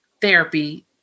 therapy